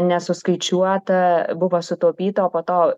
nesuskaičiuota buvo sutaupyta o po to